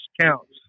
counts